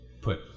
put